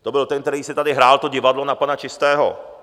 To byl ten, který tady hrál to divadlo na pana čistého.